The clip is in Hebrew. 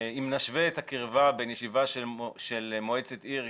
אם נשווה את הקרבה בין ישיבה של מועצת עיר,